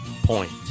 point